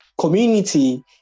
community